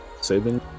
saving